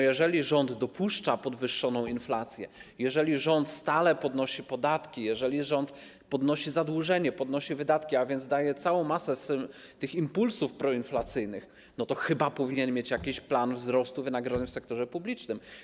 Jeżeli rząd dopuszcza podwyższoną inflację, jeżeli rząd stale podnosi podatki, jeżeli rząd zwiększa zadłużenie, zwiększa wydatki, a więc daje całą masę tych impulsów proinflacyjnych, to chyba powinien mieć jakiś plan wzrostu wynagrodzeń w sektorze publicznym.